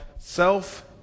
self